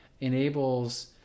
enables